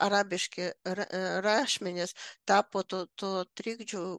arabiški ra rašmenys tapo tu tu trikdžiu